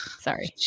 Sorry